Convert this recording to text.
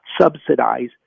subsidize